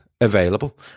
available